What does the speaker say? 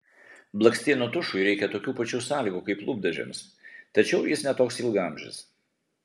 blakstienų tušui reikia tokių pačių sąlygų kaip lūpdažiams tačiau jis ne toks ilgaamžis